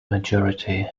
majority